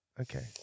okay